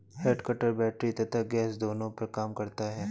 head cutter battery तथा gas दोनों पर काम करता है